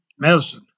Medicine